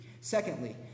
Secondly